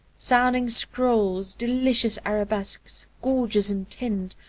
sounding scrolls, delicious arabesques gorgeous in tint,